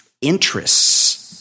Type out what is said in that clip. interests